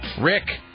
Rick